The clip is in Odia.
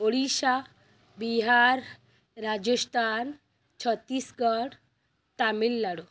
ଓଡ଼ିଶା ବିହାର ରାଜସ୍ଥାନ ଛତିଶଗଡ଼ ତାମିଲନାଡୁ